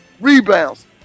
rebounds